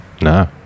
no